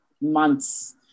months